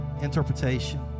interpretation